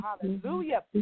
hallelujah